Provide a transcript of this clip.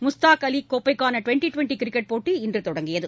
முஸ்தாக் அலிகோப்பைக்கானடுவெண்டிகிரிக்கெட் போட்டி இன்றுதொடங்கியது